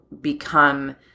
become